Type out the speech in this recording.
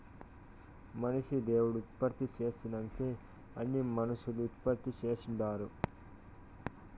మనిషిని దేవుడు ఉత్పత్తి చేసినంకే అన్నీ మనుసులు ఉత్పత్తి చేస్తుండారు